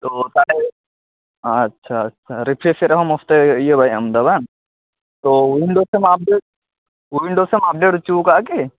ᱛᱚ ᱛᱟᱭ ᱟᱪᱷᱟ ᱨᱤᱯᱷᱮᱨᱮᱥᱮᱫ ᱨᱮᱦᱚᱸ ᱢᱚᱡᱽ ᱛᱮ ᱤᱭᱟᱹ ᱵᱟᱭ ᱮᱢ ᱮᱫᱟ ᱵᱟᱝ ᱛᱚ ᱣᱤᱱᱰᱳᱥ ᱮᱢ ᱟᱯᱰᱮᱴ ᱣᱤᱱᱰᱳᱥ ᱮᱢ ᱟᱯᱰᱮᱴ ᱚᱪᱚ ᱟᱠᱟᱜᱼᱟ ᱠᱤ